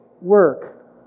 work